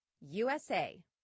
USA